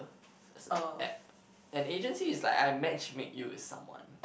it's a app an agency is like I matchmake you with someone